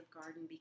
garden